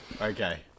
Okay